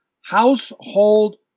household